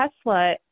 Tesla